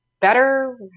better